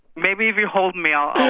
maybe if you hold me, i'll